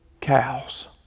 cows